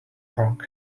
wrong